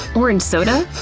orange soda?